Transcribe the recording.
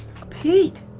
pete.